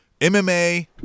MMA